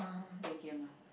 play game lah